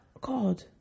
God